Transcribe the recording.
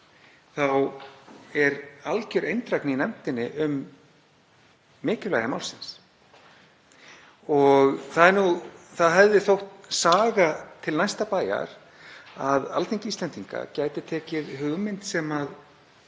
þá er algjör eindrægni í nefndinni um mikilvægi málsins. Það hefði þótt saga til næsta bæjar að Alþingi Íslendinga gæti tekið hugmynd, sem er